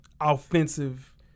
offensive